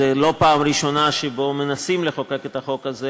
זו לא הפעם הראשונה שמנסים לחוקק את החוק הזה,